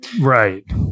Right